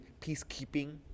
peacekeeping